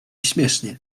śmiesznie